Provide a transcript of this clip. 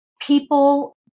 people